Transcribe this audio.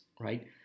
right